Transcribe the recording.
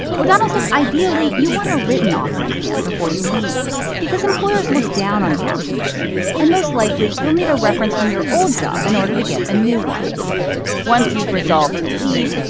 o'donnell says, ideally, you want a written offer in hand before you leave because employers look down on gaps in resumes. and most likely, you'll need a reference from your old job in order to get a new one once you've resolved to leave,